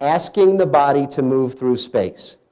asking the body to move through space.